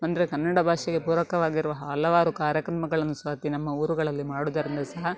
ಅಂದರೆ ಕನ್ನಡ ಭಾಷೆಗೆ ಪೂರಕವಾಗಿರುವ ಹಲವಾರು ಕಾರ್ಯಕ್ರಮಗಳನ್ನು ಸತಿ ನಮ್ಮ ಊರುಗಳಲ್ಲಿ ಮಾಡೋದರಿಂದ ಸಹ